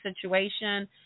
situation